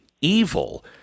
evil